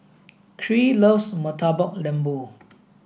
Kyree loves Murtabak Lembu